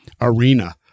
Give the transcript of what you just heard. arena